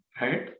right